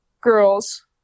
girls